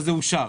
זה אושר.